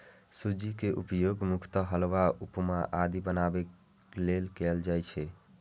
सूजी के उपयोग मुख्यतः हलवा, उपमा आदि बनाबै लेल कैल जाइ छै